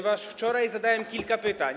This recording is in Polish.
Wczoraj zadałem kilka pytań.